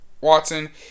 Watson